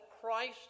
Christ